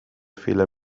fehler